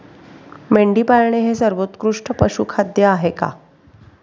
मेंढी पाळणे हे सर्वोत्कृष्ट पशुखाद्य आहे का?